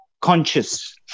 conscious